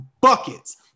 buckets